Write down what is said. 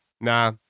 Nah